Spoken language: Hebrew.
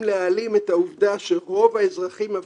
להעלים את העובדה שרוב האזרחים הוותיקים,